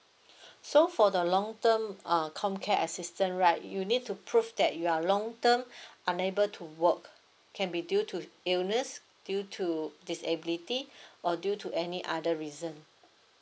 so for the long term uh COMCARE assistant right you need to prove that you are long term unable to work can be due to illness due to disability or due to any other reason